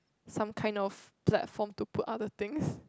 some kind of platform to put other things